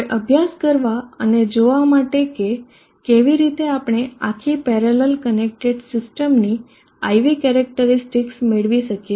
હવે અભ્યાસ કરવા અને જોવા માટે કે કેવી રીતે આપણે આખી પેરેલલ કનેક્ટેડ સીસ્ટમની IV કેરેક્ટરીસ્ટિકસ મેળવી શકીએ